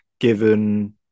given